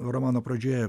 romano pradžioje